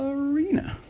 reena?